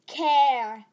care